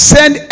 Send